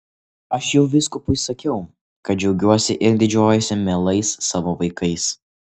aš jau vyskupui sakiau kad džiaugiuosi ir didžiuojuosi mielais savo vaikais